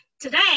Today